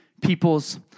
people's